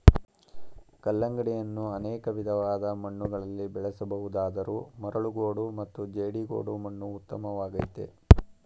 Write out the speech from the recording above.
ಕಲ್ಲಂಗಡಿಯನ್ನು ಅನೇಕ ವಿಧವಾದ ಮಣ್ಣುಗಳಲ್ಲಿ ಬೆಳೆಸ ಬಹುದಾದರೂ ಮರಳುಗೋಡು ಮತ್ತು ಜೇಡಿಗೋಡು ಮಣ್ಣು ಉತ್ತಮವಾಗಯ್ತೆ